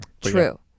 True